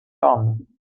done